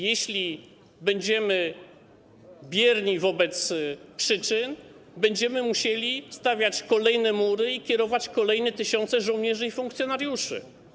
Jeśli będziemy bierni wobec przyczyn, będziemy musieli stawiać kolejne mury i kierować tam kolejne tysiące żołnierzy i funkcjonariuszy.